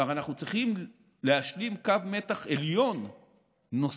אנחנו צריכים להשלים קו מתח עליון נוסף,